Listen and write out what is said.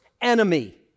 enemy